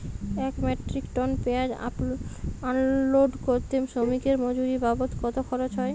এক metric ton পেঁয়াজ unload করতে শ্রমিকের মজুরি বাবদ কত খরচ হয়?